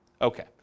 okay